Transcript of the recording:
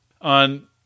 on